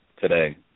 today